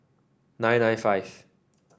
nine nine five